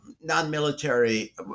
non-military